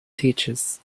teachers